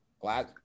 Glad